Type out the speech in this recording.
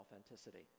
authenticity